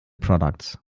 products